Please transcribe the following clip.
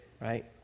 right